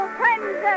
friends